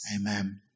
Amen